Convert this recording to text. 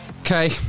Okay